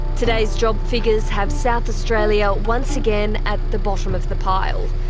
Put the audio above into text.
today's job figures have south australia once again at the bottom of the pile.